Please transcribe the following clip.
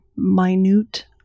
minute